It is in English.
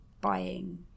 buying